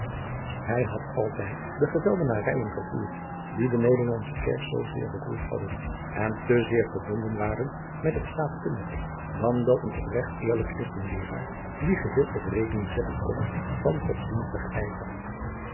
hij had altijd de geweldenarijen verfoeid die de nederlandsche kerk zoo zeer beroerd hadden en te zeer verbonden waren met het staatkundige dan dat een opregt eerlijk christen leeraar die geheel op rekening zetten kon van godsdienstigen